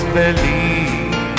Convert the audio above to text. believe